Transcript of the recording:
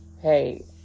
hey